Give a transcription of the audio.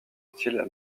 style